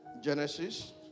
Genesis